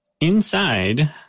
Inside